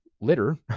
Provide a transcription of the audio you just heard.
litter